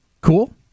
Cool